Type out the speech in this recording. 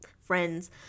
friends